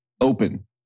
open